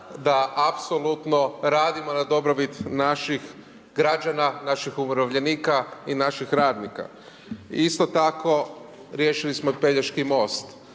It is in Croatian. da apsolutno radimo na dobrobit naših građana, naših umirovljenika i naših radnika. Isto tako riješili smo i Pelješki most.